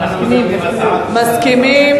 מסכים.